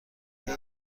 آیا